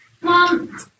mom